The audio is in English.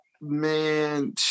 man